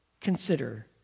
consider